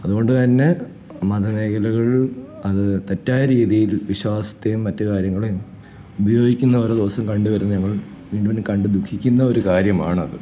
അതുകൊണ്ടുതന്നെ മതമേഖലകളിൽ അത് തെറ്റായ രീതിയിൽ വിശ്വാസത്തേയും മറ്റു കാര്യങ്ങളേയും ഉപയോഗിക്കുന്ന ഓരോദിവസം കണ്ടുവരുന്ന ഞങ്ങൾ വീണ്ടും വീണ്ടും കണ്ടു ദുഃഖിക്കുന്ന ഒരു കാര്യമാണത്